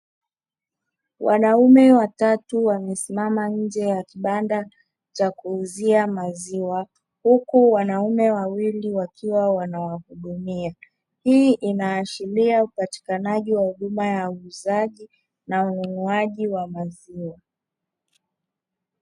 Wanaume watatu wamesimama nje ya kibanda cha kuuzia maziwa, huku wanaume wawili wakiwa wanawahudumia; hii inaashiria upatikanaji wa huduma ya uuzaji na ununuaji wa maziwa.